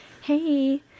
hey